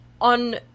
On